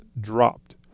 dropped